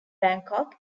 bangkok